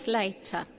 later